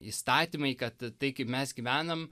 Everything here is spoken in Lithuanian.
įstatymai kad tai kaip mes gyvenam